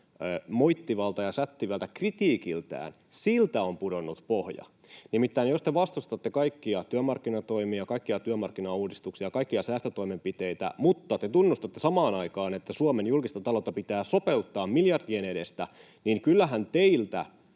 moittivalta ja sättivältä kritiikiltään on pudonnut pohja. Nimittäin jos te vastustatte kaikkia työmarkkinatoimia, kaikkia työmarkkinauudistuksia, kaikkia säästötoimenpiteitä mutta te tunnustatte samaan aikaan, että Suomen julkista taloutta pitää sopeuttaa miljardien edestä, niin kyllähän teiltä,